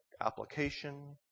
application